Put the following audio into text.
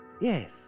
Yes